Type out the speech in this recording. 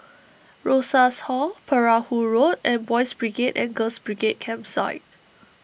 Rosas Hall Perahu Road and Boys' Brigade and Girls' Brigade Campsite